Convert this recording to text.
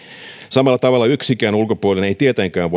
samalla tavalla yksikään ulkopuolinen ei tietenkään